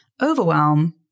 overwhelm